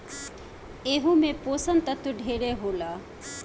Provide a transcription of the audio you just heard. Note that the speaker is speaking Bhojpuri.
एहू मे पोषण तत्व ढेरे होला